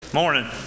morning